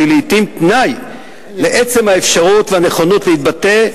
שהיא לעתים תנאי לעצם האפשרות והנכונות להתבטא,